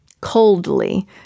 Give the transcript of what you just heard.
coldly